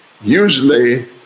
Usually